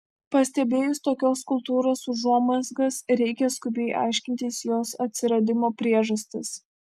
pastebėjus tokios kultūros užuomazgas reikia skubiai aiškintis jos atsiradimo priežastis